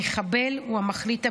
המחבל הוא המחליט הבלעדי,